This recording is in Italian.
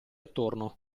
attorno